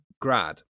grad